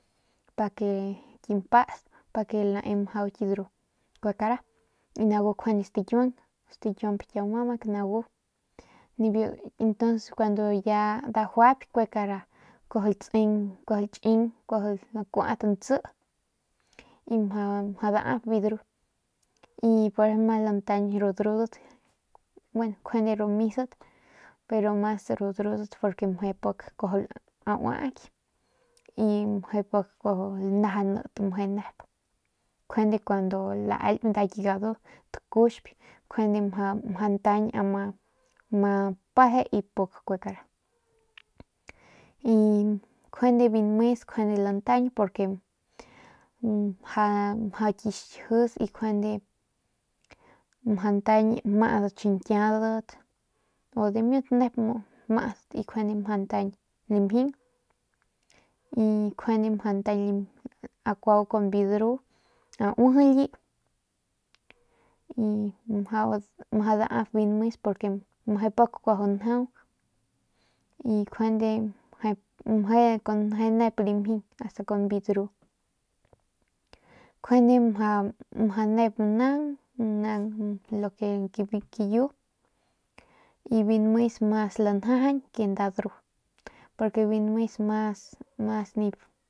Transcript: Pake ki mpats pake lae mjau ki ndru kue kara y nagu njuande stakiuang stakiuamp kiau mamak nagu nibiu ntuns kuandu ya dajuayp kue kara kuajau latseng kuajau latching kuajau lakuaut ntsi y mjau dap biu dru y poreso mjau lantañ ru drudat gueno njuende ru misat pero mas ru drudat porque mje pik kuajau uaaky y meje pik kuajau lanajanat meje nep njuende kuandu laaylp nda ki gadu tacuxp njuande mjau ntañ ama ma peje y puk kue kara y nkjuende biu nmes juende lantañ porque mja mjau ki xkjis y njuande mjau ntañ maudat xiñkiaudat u dimiut muu maudat nkjuande mjau ntañ lamjing y njuande mjau ntañ kuau kun biu dru auijily mjau dap biu nmes porque meje pik kuajau njau y nkjuende meje nep lamjing asta kun biu dru nkjuande meje nep naung lo ke kiyu y biu nmes mas lanjajañ ke nda dru porque biu nmes mas nip.